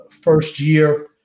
first-year